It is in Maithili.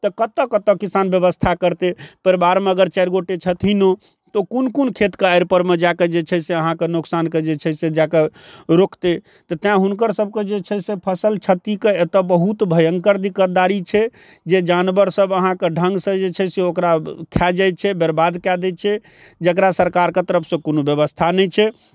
तऽ कतऽ कतऽ किसान व्यवस्था करतै परिवारमे अगर चारि गोटा छथिनो तऽ कोन कोन खेतके आरि परमे जाकऽ जे छै से अहाँके नुकसानके जे छै से जाकऽ रोकतै तऽ तैं हुनकर सबके जे छै से फसल क्षतिके एतऽ बहुत भयंकर दिक्कतदारी छै जे जानवर सब अहाँके ढङ्गसँ जे छै से ओकरा खाय जाइ छै बर्बाद कऽ दै छै जकरा सरकारके तरफसँ कोनो व्यवस्था नहि छै